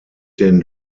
den